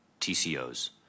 TCOs